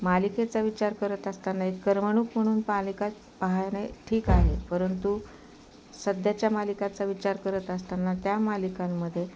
मालिकेचा विचार करत असताना एक करमणूक म्हणून मालिका पाहाणे ठीक आहे परंतु सध्याच्या मालिकाचा विचार करत असताना त्या मालिकांमध्ये